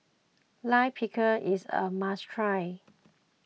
Lime Pickle is a must try